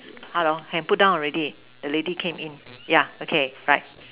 hello can put down already the lady came in yeah okay bye